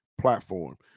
platform